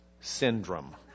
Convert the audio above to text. syndrome